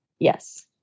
Yes